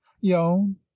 yon